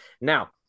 Now